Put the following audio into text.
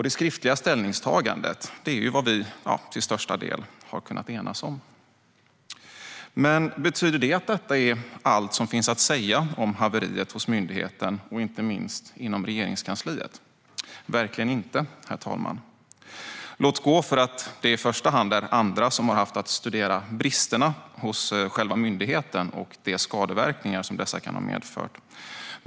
Det skriftliga ställningstagandet är vad vi, till största delen, har kunnat enas om. Men betyder det att detta är allt som finns att säga om haveriet hos myndigheten och inte minst inom Regeringskansliet? Verkligen inte, herr talman. Låt gå för att det i första hand är andra som har haft att studera bristerna hos själva myndigheten och de skadeverkningar som dessa kan ha medfört.